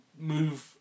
move